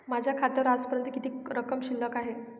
माझ्या खात्यावर आजपर्यंत किती रक्कम शिल्लक आहे?